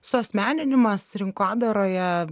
suasmeninimas rinkodaroje